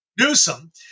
Newsom